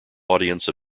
audience